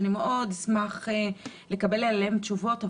שמאוד אשמח לקבל עליה תשובות.